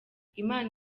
imana